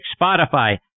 Spotify